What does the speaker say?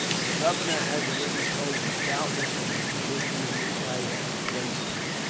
the governor has already told you, doubtless, of the position in which i am placed here.